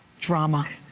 drama.